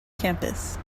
campus